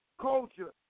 culture